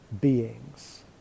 beings